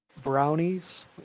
brownies